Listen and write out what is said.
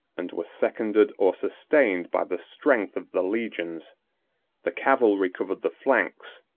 and were seconded or sustained by the strength of the legions the cavalry covered the flanks,